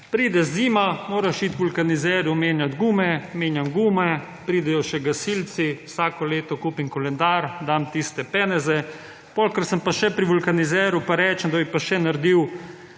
Pride zima, moraš iti k vulkanizerju menjati gume. Menjam gume. Pridejo še gasilci, vsako leto kupim koledar, dam tiste peneze. Potem pa, ker sem še pri vulkanizerju, pa rečem, da bi pa še naredil